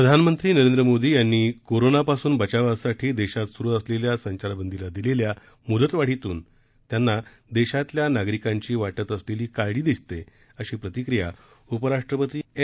प्रधानमंत्री नरेंद्र मोदी यांनी कोरोनापासून बचावासाठी देशात सुरु असलेल्या संचारबंदीला दिलेल्या मुदतवाढीतून त्यांना देशातल्या नागरिकांची वाटत असलेली काळजी दिसते अशी प्रतिक्रिया उपराष्ट्रपती एम